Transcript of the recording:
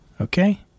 okay